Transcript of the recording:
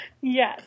Yes